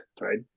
right